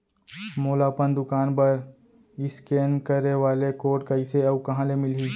मोला अपन दुकान बर इसकेन करे वाले कोड कइसे अऊ कहाँ ले मिलही?